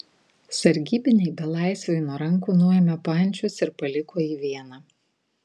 sargybiniai belaisviui nuo rankų nuėmė pančius ir paliko jį vieną